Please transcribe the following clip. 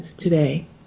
today